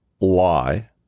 lie